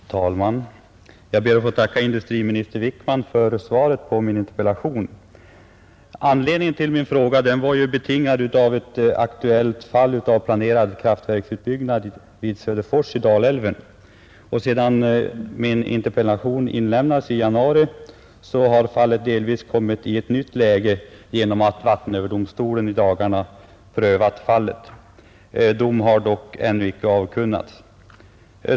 Fru talman! Jag ber att få tacka industriminister Wickman för svaret på min interpellation. Att jag ställde min fråga var betingat av ett aktuellt fall av planerad kraftverksutbyggnad vid Söderfors i Dalälven. Sedan min interpellation inlämnades i januari har frågan delvis kommit i ett nytt läge genom att vattenöverdomstolen i dagarna prövat fallet. Dom har dock ännu inte avkunnats.